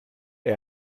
est